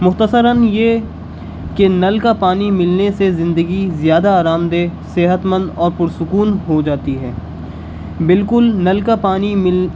مختصراً یہ کہ نل کا پانی ملنے سے زندگی زیادہ آرامدہ صحتمند اور پرسکون ہو جاتی ہے بالکل نل کا پانی مل